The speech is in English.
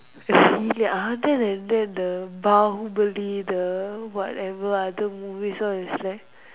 really other than that the Baahubali the whatever other movies all is like